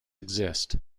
exist